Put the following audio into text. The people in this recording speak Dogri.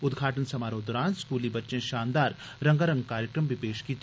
उद्घाटन समारोह् दरान स्कूली बच्चे शानदार रंगारंग कार्यक्रम बी पेश कीते